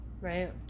right